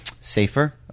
safer